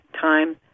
time